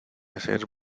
hacer